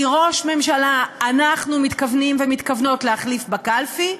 כי ראש ממשלה אנחנו מתכוונים ומתכוונות להחליף בקלפי,